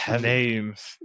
Names